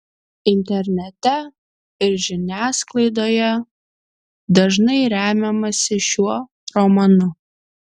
internete ir žiniasklaidoje dažnai remiamasi šiuo romanu